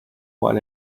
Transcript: what